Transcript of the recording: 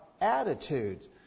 attitudes